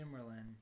Simmerlin